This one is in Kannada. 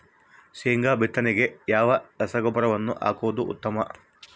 ಶೇಂಗಾ ಬಿತ್ತನೆಗೆ ಯಾವ ರಸಗೊಬ್ಬರವನ್ನು ಹಾಕುವುದು ಉತ್ತಮ?